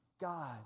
God